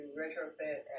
Retrofit